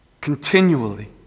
Continually